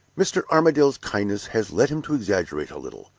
mr. armadale's kindness has led him to exaggerate a little,